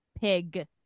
Pig